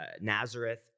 Nazareth